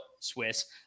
Swiss